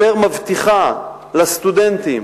יותר מבטיחה לסטודנטים